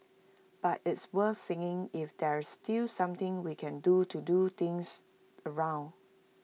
but it's worth seeing if there's still something we can do to do things around